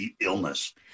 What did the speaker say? illness